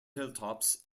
hilltops